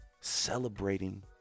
celebrating